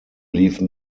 liefen